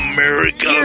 America